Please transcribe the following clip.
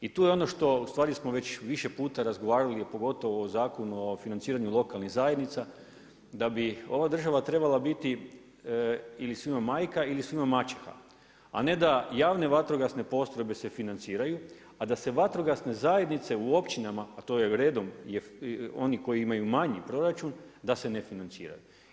I tu je ono što ustvari smo već više puta razgovarali, a pogotovo o Zakonu o financiranju lokalnih zajednica, da bi ova država trebala biti ili svima majka ili svima maćeha, a ne da JVP se financiraju a da se vatrogasne zajednice u općinama, a to je redom, oni koji imaju manji proračun, da se ne financiraju.